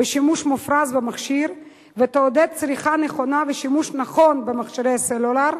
בשימוש מופרז במכשיר ולעודד צריכה נכונה ושימוש נכון במכשירי סלולר,